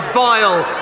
vile